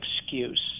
excuse